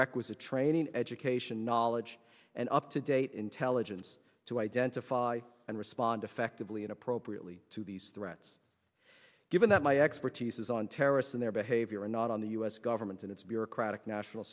requisite training education knowledge and up to date intelligence to identify and respond effectively and appropriately to these threats given that my expertise is on terrorists and their behavior not on the u s government and its bureaucratic national